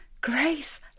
Grace